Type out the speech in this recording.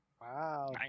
Wow